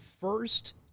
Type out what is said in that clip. first